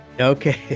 Okay